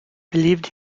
believed